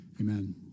Amen